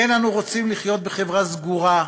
אין אנו רוצים לחיות בחברה סגורה,